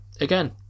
again